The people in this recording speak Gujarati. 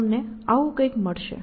તમને આવું કંઈક મળશે